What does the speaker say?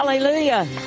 hallelujah